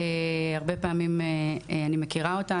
אני מכירה אותה.